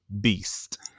beast